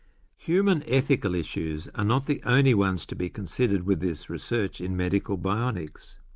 human ethical issues are not the only ones to be considered with this research in medical bionics.